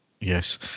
Yes